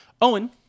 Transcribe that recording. Owen